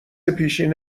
پیشین